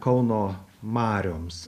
kauno marioms